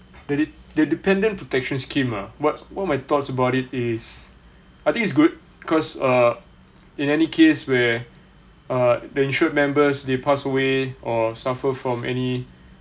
the de~ the dependent protection scheme ah what what my thoughts about it is I think it's good because uh in any case where uh the insured members they passed away or suffer from any